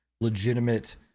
legitimate